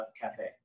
Cafe